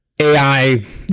AI